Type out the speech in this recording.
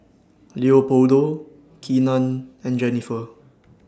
Leopoldo Keenan and Jennifer